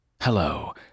Hello